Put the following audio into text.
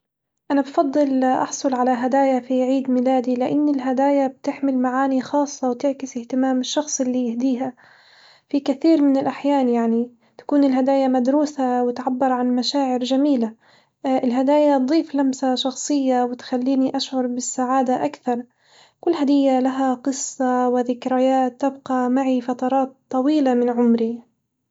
أنا بفضل أحصل على هدايا في عيد ميلادي لإن الهدايا بتحمل معاني خاصة وتعكس اهتمام الشخص اليهديها، في كثير من الأحيان يعني تكون الهدايا مدروسة وتعبر عن مشاعر جميلة الهدايا تضيف لمسة شخصية وتخليني أشعر بالسعادة أكثر، كل هدية لها قصة وذكريات تبقى معي فترات طويلة من عمري.